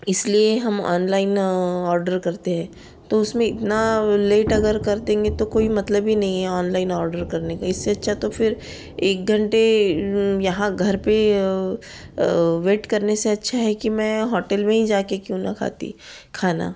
इसलिए हम online order करते हैं तो उसमें इतना लेट अगर कर देंगे तो कोई मतलब ही नहीं है ऑनलाइन ऑर्डर करने का इससे अच्छा तो फिर एक घंटे यहाँ घर पर वेट करने से अच्छा है कि मैं हौटल में ही जाकर क्यों ना खाती खाना